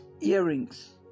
earrings